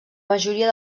majoria